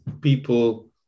people